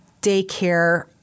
daycare